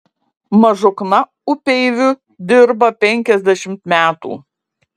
mažukna upeiviu dirba penkiasdešimt metų